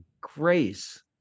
grace